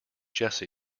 jesse